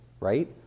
right